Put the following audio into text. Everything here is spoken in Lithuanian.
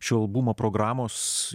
šio albumo programos